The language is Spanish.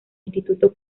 instituto